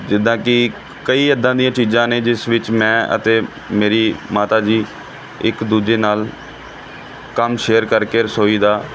ਜਿੱਦਾਂ ਕਿ ਕਈ ਇੱਦਾਂ ਦੀਆਂ ਚੀਜ਼ਾਂ ਨੇ ਜਿਸ ਵਿੱਚ ਮੈਂ ਅਤੇ ਮੇਰੀ ਮਾਤਾ ਜੀ ਇੱਕ ਦੂਜੇ ਨਾਲ ਕੰਮ ਸ਼ੇਅਰ ਕਰਕੇ ਰਸੋਈ ਦਾ